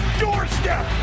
doorstep